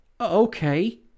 Okay